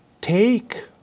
Take